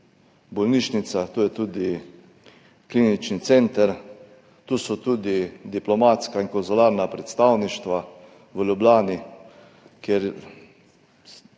bolnišnica, tu je tudi klinični center, tu so tudi diplomatska in konzularna predstavništva v Ljubljani, kjer